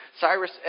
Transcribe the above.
Cyrus